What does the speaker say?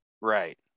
Right